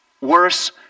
worse